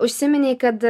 užsiminei kad